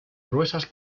gruesas